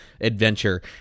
adventure